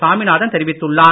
சாமிநாதன் தெரிவித்துள்ளார்